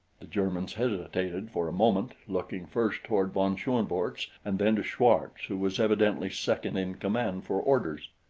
the germans hesitated for a moment, looking first toward von schoenvorts and then to schwartz, who was evidently second in command, for orders.